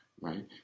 right